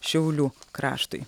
šiaulių kraštui